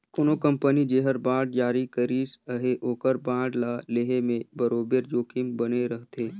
कोनो कंपनी जेहर बांड जारी करिस अहे ओकर बांड ल लेहे में बरोबेर जोखिम बने रहथे